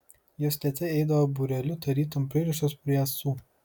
jos lėtai eidavo būreliu tarytum pririštos prie ąsų